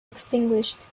extinguished